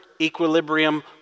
equilibrium